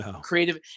creative